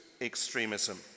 extremism